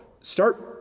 start